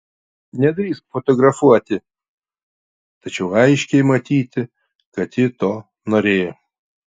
nedrįsk fotografuoti tačiau aiškiai matyti kad ji to norėjo